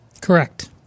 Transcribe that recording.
Correct